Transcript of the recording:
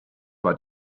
war